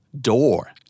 door